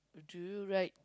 do you ride